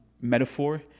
metaphor